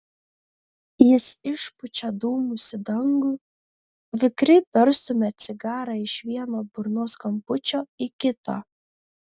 jis išpučia dūmus į dangų vikriai perstumia cigarą iš vieno burnos kampučio į kitą